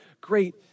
great